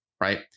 Right